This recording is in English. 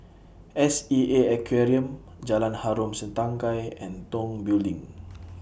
S E A Aquarium Jalan Harom Setangkai and Tong Building